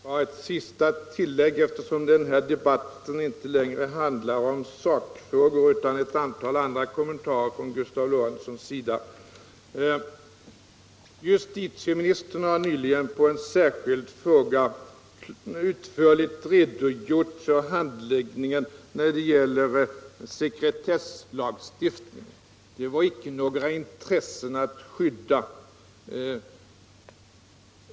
Herr talman! Bara ett sista tillägg, eftersom den här debatten inte längre handlar om sakfrågor utan om ett antal andra kommentarer av Gustav Lorentzon. Justitieministern har nyligen på en särskild fråga utförligt redogjort för handläggningen när det gäller sekretesslagstiftningen. Det fanns inte några intressen att skydda.